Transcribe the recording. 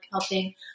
helping